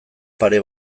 pare